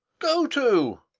go to.